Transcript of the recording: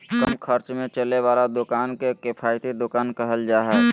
कम खर्च में चले वाला दुकान के किफायती दुकान कहल जा हइ